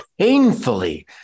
painfully